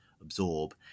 absorb